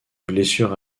blessure